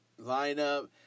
lineup